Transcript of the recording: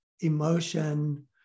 emotion